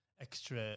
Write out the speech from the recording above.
extra